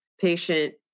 patient